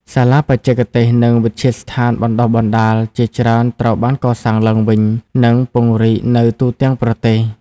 សាលាបច្ចេកទេស និងវិទ្យាស្ថានបណ្តុះបណ្តាលជាច្រើនត្រូវបានកសាងឡើងវិញ និងពង្រីកនៅទូទាំងប្រទេស។